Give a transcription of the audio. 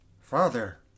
Father